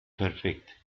perfekt